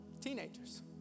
Teenagers